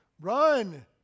Run